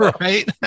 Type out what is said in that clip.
Right